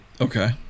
Okay